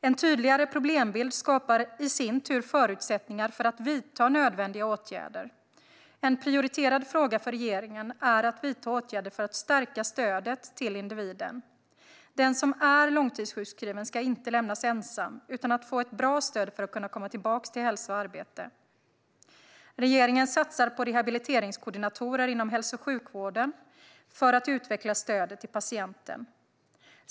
En tydligare problembild skapar i sin tur förutsättningar för att vidta nödvändiga åtgärder. En prioriterad fråga för regeringen är att vidta åtgärder för att stärka stödet för individen. Den som är långtidssjukskriven ska inte lämnas ensam utan få ett bra stöd för att kunna komma åter till hälsa och arbete. Regeringen satsar på rehabiliteringskoordinatorer inom hälso och sjukvården för att utveckla stödet till patienten.